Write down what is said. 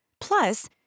Plus